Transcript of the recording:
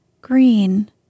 green